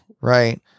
right